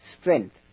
strength